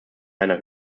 einer